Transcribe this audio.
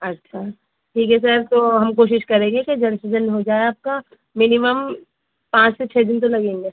اچھا ٹھیک ہے سر تو ہم کوشش کریں گے کہ جلد سے جلد ہو جائے آپ کا مینیمم پانچ سے چھ دن تو لگیں گے